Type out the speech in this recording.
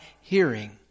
hearing